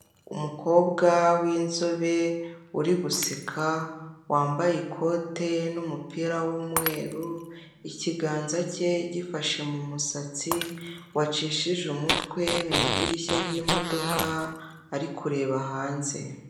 Umukobwa w'inzobe uri guseka, wambaye ikote n'umupira w'umweru, ikiganza cye gifashe mu musatsi, wacishije umutwe mu idirishya ry'imodoka, ari kureba hanze.